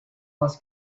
was